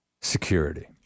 Security